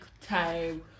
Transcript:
time